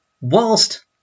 whilst